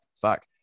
Fuck